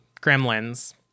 gremlins